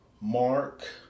Mark